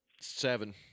seven